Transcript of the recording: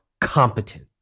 competent